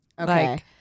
okay